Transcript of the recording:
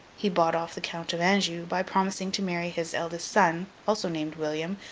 he bought off the count of anjou, by promising to marry his eldest son, also named william,